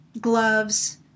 gloves